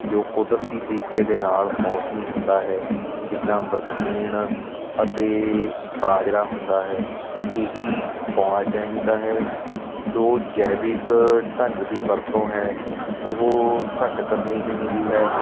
ਜੋ ਕੁਦਰਤੀ ਤਰੀਕੇ ਦੇ ਨਾਲ ਮੌਸਮੀ ਹੁੰਦਾ ਹੈ ਜਿੱਦਾਂ ਬਰਸੀਨ ਅਤੇ ਬਾਜਰਾ ਹੁੰਦਾ ਹੈ ਇਹੀ ਪਾਉਣਾ ਚਾਹੀਦਾ ਹੈ ਜੋ ਜੈਵਿਕ ਢੰਗ ਦੀ ਵਰਤੋਂ ਹੈ ਉਹ ਘੱਟ ਕਰਨੀ ਚਾਹੀਦੀ ਹੈ